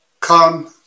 Come